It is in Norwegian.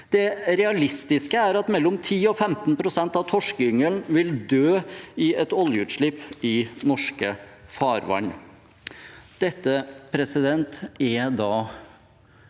«Det realistiske er at mellom 10 og 15 prosent av torskeyngelen vil dø i et oljeutslipp i norsk farvann.»